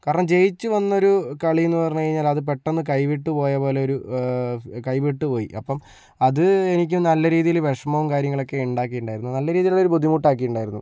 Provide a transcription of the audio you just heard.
കാരണം ജയിച്ചു വന്ന ഒരു കളി എന്ന് പറഞ്ഞു കഴിഞ്ഞാൽ അത് പെട്ടെന്ന് കൈവിട്ടുപോയ പോലെ ഒരു കൈവിട്ടുപോയി അപ്പൊ അത് എനിക്ക് നല്ല രീതിയില് വിഷമം കാര്യങ്ങളൊക്കെ ഉണ്ടാക്കിയിട്ടുണ്ടായിരുന്നു നല്ല രീതിയിലുള്ള ഒരു ബുദ്ധിമുട്ട് ആക്കിയിട്ടുണ്ടായിരുന്നു